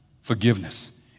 Forgiveness